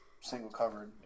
single-covered